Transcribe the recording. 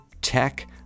tech